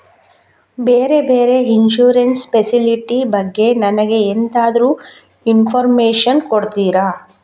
ಬೇರೆ ಬೇರೆ insurance facility ಬಗ್ಗೆ ನನಗೆ ಎಂತಾದ್ರೂ ಇನ್ಫೋರ್ಮೇಷನ್ ಕೊಡ್ತೀರಾ?